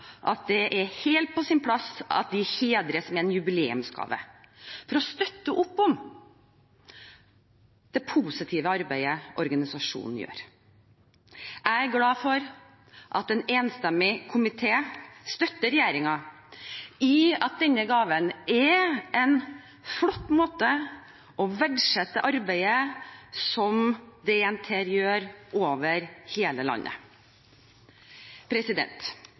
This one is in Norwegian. det er helt på sin plass at den hedres med en jubileumsgave for å støtte opp om det positive arbeidet organisasjonen gjør. Jeg er glad for at en enstemmig komité støtter regjeringen i at denne gaven er en flott måte å verdsette arbeidet på som DNT gjør over hele landet.